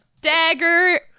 dagger